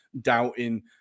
doubting